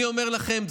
אני אומר לכם,